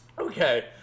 Okay